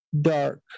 dark